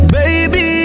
baby